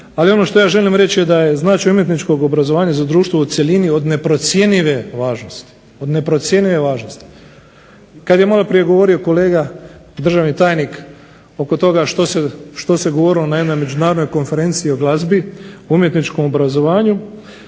ali ono što ja želim reći da je značaj umjetničkog obrazovanja za društvo u cjelini od neprocjenjive važnosti. Kada je maloprije govorio kolega državni tajnik oko toga što se govorilo na ime konferencije o glazbi i umjetničkom obrazovanju,